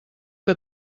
que